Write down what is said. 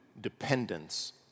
dependence